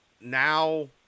now